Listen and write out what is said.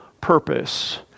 purpose